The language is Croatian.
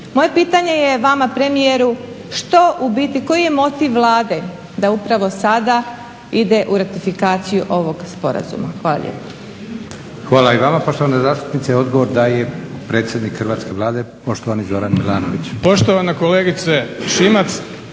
Moje pitanje je vama premijeru što u biti, koji je motiv Vlade da upravo sada ide u ratifikaciju ovog sporazuma. Hvala lijepo. **Leko, Josip (SDP)** Hvala i vama poštovana zastupnice. Odgovor daje predsjednik hrvatske Vlade poštovani Zoran Milanović.